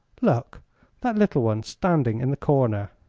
look that little one standing in the corner?